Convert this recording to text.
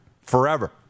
forever